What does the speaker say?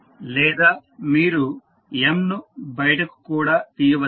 లేదా మీరు M ను బయటకు కూడా తీయవచ్చు